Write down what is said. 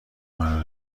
منو